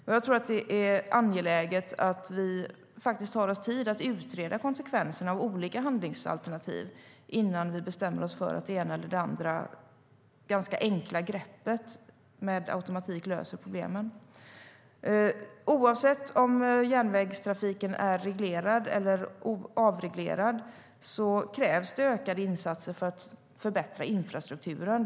Jag tror att det är angeläget att vi tar oss tid att utreda konsekvenserna av olika handlingsalternativ innan vi bestämmer oss för att det ena eller andra ganska enkla greppet med automatik löser problemen. Oavsett om järnvägstrafiken är reglerad eller avreglerad krävs det ökade insatser för att förbättra infrastrukturen.